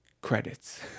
credits